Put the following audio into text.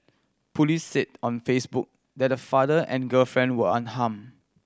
police said on Facebook that the father and girlfriend were unharmed